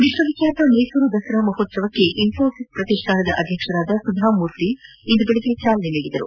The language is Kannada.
ವಿಶ್ವವಿಖ್ವಾತ ಮೈಸೂರು ದಸರಾ ಮಹೋತ್ಸವಕ್ಕೆ ಇನ್ನೋಸಿಸ್ ಪ್ರತಿಷ್ಠಾನದ ಅಧ್ಯಕ್ಷೆ ಸುಧಾಮೂರ್ತಿ ಇಂದು ಬೆಳಗ್ಗೆ ಚಾಲನೆ ನೀಡಿದರು